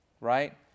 right